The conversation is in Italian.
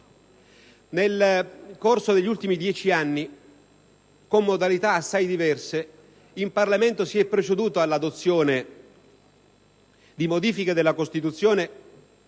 Nel corso degli ultimi dieci anni, con modalità assai diverse, in Parlamento si è proceduto all'adozione di modifiche della Costituzione